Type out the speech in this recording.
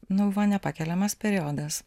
nu va nepakeliamas periodas